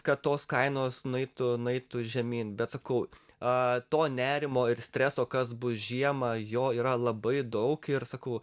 kad tos kainos nueitų nueitų žemyn bet sakau a to nerimo ir streso kas bus žiemą jo yra labai daug ir sakau